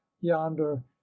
yonder